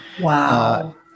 Wow